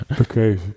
Okay